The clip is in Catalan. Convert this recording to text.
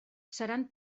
seran